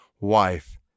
wife